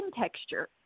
texture